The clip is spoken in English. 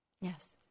Yes